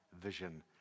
vision